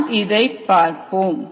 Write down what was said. நாம் இதை பார்ப்போம்